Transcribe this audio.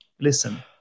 listen